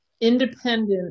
independent